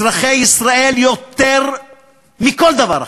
אזרחי ישראל, יותר מכל דבר אחר,